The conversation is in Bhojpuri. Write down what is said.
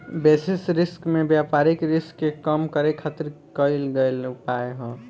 बेसिस रिस्क में व्यापारिक रिस्क के कम करे खातिर कईल गयेल उपाय ह